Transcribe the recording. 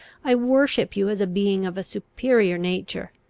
i worship you as a being of a superior nature.